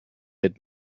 mit